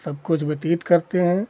सबकुछ व्यतीत करते हैं